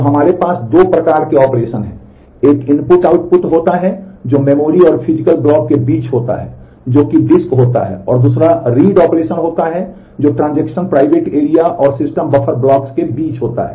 तो हमारे पास दो प्रकार के ऑपरेशन हैं एक इनपुट आउटपुट होता है जो मेमोरी और फिजिकल ब्लॉक के बीच होता है जो कि डिस्क होता है और दूसरा रीड ऑपरेशन होता है जो ट्रांजैक्शन प्राइवेट एरिया और सिस्टम बफर ब्लॉक्स के बीच होता है